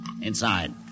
Inside